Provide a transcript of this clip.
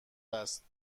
است